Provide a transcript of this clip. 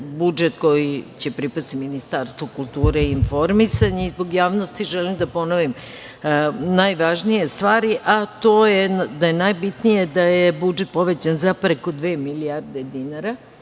budžet koji će pripasti Ministarstvu kulture i informisanje. Zbog javnosti želim da ponovim najvažnije stvari, a to je da je najbitnije da je budžet povećan za preko dve milijarde dinara